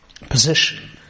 position